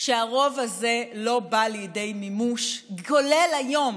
שהרוב הזה לא בא לידי מימוש, כולל היום